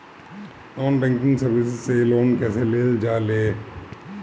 Non banking service से loan कैसे लेल जा ले?